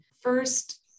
First